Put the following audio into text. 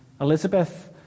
Elizabeth